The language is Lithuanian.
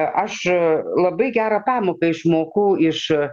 aš labai gerą pamoką išmokau iš